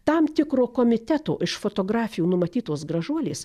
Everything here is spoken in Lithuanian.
tam tikro komiteto iš fotografijų numatytos gražuolės